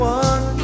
one